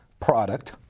product